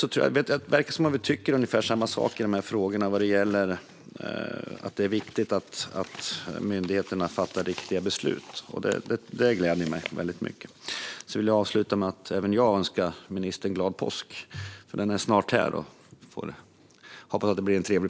Det verkar som att vi tycker ungefär samma sak vad gäller att det är viktigt att myndigheterna fattar riktiga beslut, vilket gläder mig. Även jag vill avsluta med att önska ministern glad påsk, för den är snart här. Hoppas den blir trevlig!